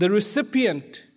the recipient